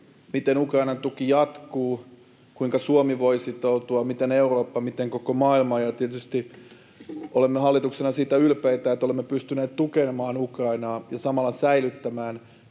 miten Ukrainan tuki jatkuu, kuinka Suomi voi sitoutua, miten Eurooppa, miten koko maailma. Tietysti olemme hallituksena ylpeitä siitä, että olemme pystyneet tukemaan Ukrainaa ja samalla säilyttämään